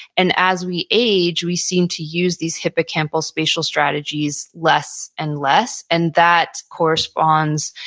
and as we age, we seem to use these hippocampal spatial strategies less and less. and that corresponds,